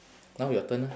now your turn ah